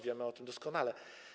Wiemy o tym doskonale.